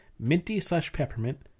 minty-slash-peppermint